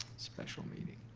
special meeting.